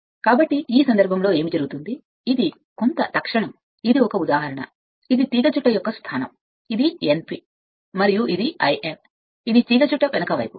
కాబట్టి ఈ సందర్భంలో ఏమి జరుగుతుంది ఇది కొంత తక్షణం ఇది కొన్ని ఉదాహరణ ఇది తీగచుట్ట యొక్క స్థానం ఇది N p మరియు ఇది l N ఇది తీగచుట్ట వెనుక వైపు